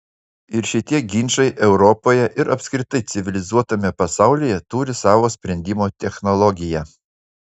ir šitie ginčai europoje ir apskritai civilizuotame pasaulyje turi savo sprendimo technologiją